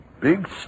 big